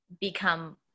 become